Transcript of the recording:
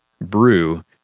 brew